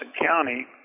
County